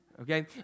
Okay